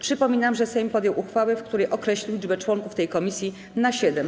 Przypominam, że Sejm podjął uchwałę, w której określił liczbę członków tej komisji na siedem.